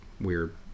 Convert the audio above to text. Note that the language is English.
weird